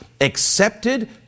accepted